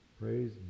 Praise